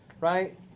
right